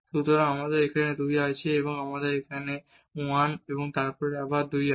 সুতরাং আমাদের এখানে 2 আছে এবং এখানে আমাদের 1 এবং তারপর আবার 2 আছে